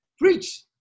preach